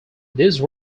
these